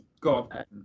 God